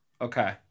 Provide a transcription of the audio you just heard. Okay